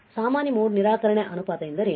ಸಾಮಾನ್ಯ ಮೋಡ್ ನಿರಾಕರಣೆ ಅನುಪಾತ ಎಂದರೇನು